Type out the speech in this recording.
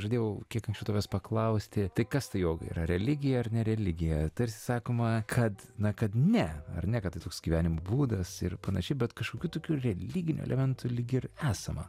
žadėjau kiek anksčiau tavęs paklausti tik kas ta joga yra religija ar ne religija tarsi sakoma kad na kad ne ar ne kad tai toks gyvenimo būdas ir panašiai bet kažkokių tokių religinių elementų lyg ir esama